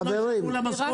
אחרת לא יתנו לה משכורת.